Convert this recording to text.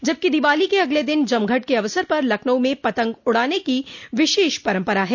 जबकि दीवाली के अगले दिन जमघट के अवसर पर लखनऊ में पतंग उड़ाने की विशेष परंपरा है